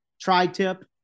Tri-tip